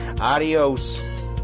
Adios